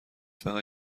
فقط